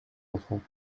enfants